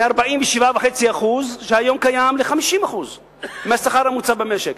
מ-47.5% שהיום קיים ל-50% מהשכר הממוצע במשק.